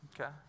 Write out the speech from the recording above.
Okay